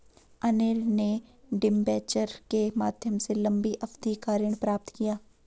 अनिल ने डिबेंचर के माध्यम से लंबी अवधि का ऋण प्राप्त किया